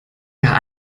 gar